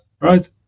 right